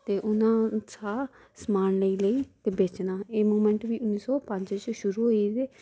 ते उ'नें शा ते समान लेई लेई बेचना एह् मूवमेंट बी उन्नी सौ पंज च शुरू होई ते